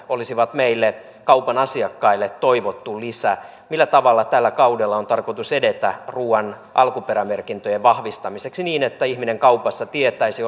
olisivat meille kaupan asiakkaille toivottu lisä millä tavalla tällä kaudella on tarkoitus edetä ruuan alkuperämerkintöjen vahvistamiseksi niin että ihminen kaupassa tietäisi